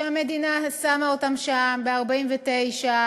שהמדינה שמה אותם שם ב-1949,